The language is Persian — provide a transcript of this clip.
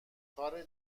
کار